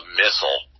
missile